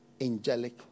angelic